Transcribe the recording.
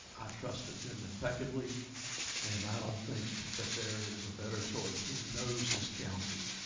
trusted him impeccably and i don't think that there is a better choice. he knows this county,